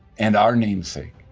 and our namesake.